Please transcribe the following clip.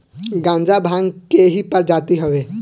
गांजा भांग के ही प्रजाति हवे